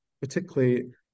particularly